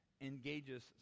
engages